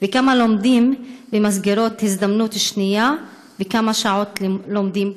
3. כמה לומדים במסגרות "ההזדמנות השנייה" וכמה שעות לומדים בפועל?